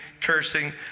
cursing